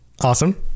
awesome